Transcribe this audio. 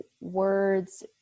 words